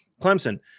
Clemson